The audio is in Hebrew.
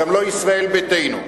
וגם לא ישראל ביתנו.